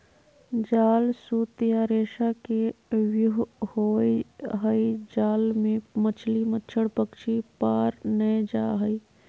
जाल सूत या रेशा के व्यूह होवई हई जाल मे मछली, मच्छड़, पक्षी पार नै जा हई